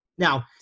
Now